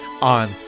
on